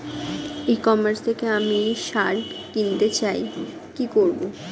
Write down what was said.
ই commerce থেকে আমি সার কিনতে চাই কি করব?